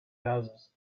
houses